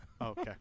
Okay